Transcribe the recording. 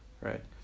right